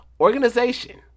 Organization